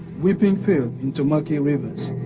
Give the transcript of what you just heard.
weeping filth into murky rivers.